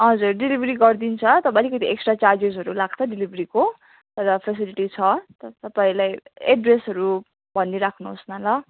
हजुर डिलिभरी गरिदिन्छ तपाईँ अलिकति एक्स्ट्रा चार्जेसहरू लाग्छ डेलिभरीको र फेसिलिटी छ त तपाईँलाई एड्रेसहरू भनी राख्नुहोस् न ल